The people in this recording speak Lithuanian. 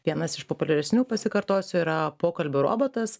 vienas iš populiaresnių pasikartosiu yra pokalbių robotas